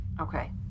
Okay